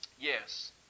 Yes